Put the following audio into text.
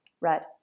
Right